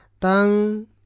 Tang